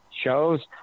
shows